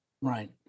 Right